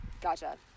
Gotcha